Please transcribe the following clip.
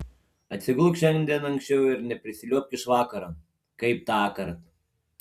atsigulk šiandien anksčiau ir neprisiliuobk iš vakaro kaip tąkart